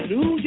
New